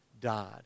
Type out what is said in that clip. died